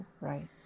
Right